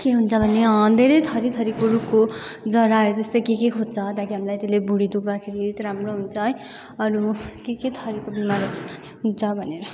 के हुन्छ भने धेरै थरी थरीको रुखको जराहरू त्यस्तै के के खोज्छ त्यादेखिको हामीलाई त्यसले भुँडी दुख्दाखेरि त राम्रो हुन्छ है अरू के के थरीको बिमारहरू हुन्छ भनेर